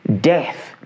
death